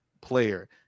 player